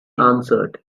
answered